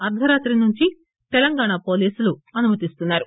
అర్గ రాత్రి నుంచి తెలంగాణ పోలీసులు అనుమతిస్తున్నారు